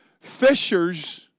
fishers